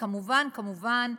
וכמובן כמובן,